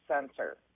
sensor